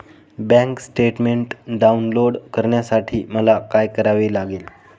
Bank statement download करण्यासाठी मला काय करावे लागेल?